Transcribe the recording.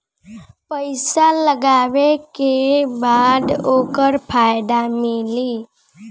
पइसा लगावे के बाद ओकर फायदा मिली